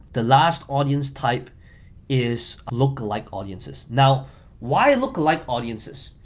the last audience type is lookalike audiences. now why lookalike audiences?